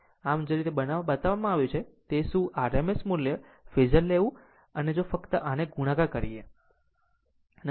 આમ તે જ રીતે મેં બતાવ્યું છે કે શું rms મુલ્ય ફેઝર લેવું અને જો ફક્ત આને ગુણાકાર કરીએ